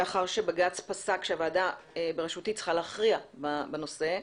לאחר שבג"ץ פסק שהוועדה בראשותי צריכה להכריע בנושא,